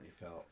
felt